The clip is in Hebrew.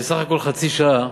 יש לי בסך הכול חצי שעה,